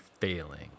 failing